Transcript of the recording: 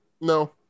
no